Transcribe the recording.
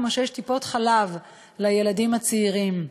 כמו שיש טיפות-חלב לילדים הצעירים.